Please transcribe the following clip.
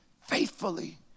faithfully